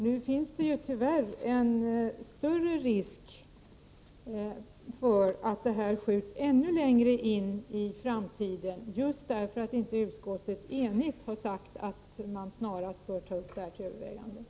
Nu finns det tyvärr en större risk för att detta skjuts ännu längre in i framtiden, på grund av att inte ett enigt utskott har uttalat att detta bör tas upp till övervägande.